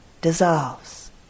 dissolves